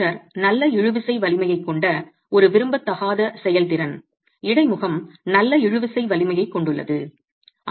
mortar நல்ல இழுவிசை வலிமையைக் கொண்ட ஒரு விரும்பத்தகாத செயல்திறன் இடைமுகம் நல்ல இழுவிசை வலிமையைக் கொண்டுள்ளது